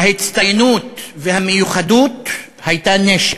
ההצטיינות והמיוחדות היו נשק,